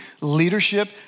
leadership